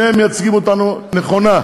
שניהם מייצגים אותנו נכונה.